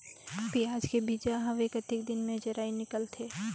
पियाज के बीजा हवे कतेक दिन मे जराई निकलथे?